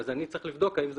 אני צריך לבדוק אם זה